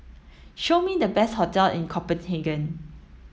show me the best hotel in Copenhagen